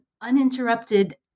uninterrupted